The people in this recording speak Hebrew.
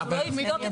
אז הוא לא,